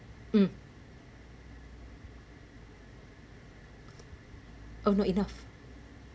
um oh not enough